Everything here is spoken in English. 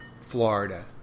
Florida